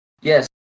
Yes